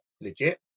legit